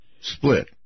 split